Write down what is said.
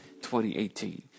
2018